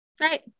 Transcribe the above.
right